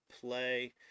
play